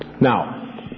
Now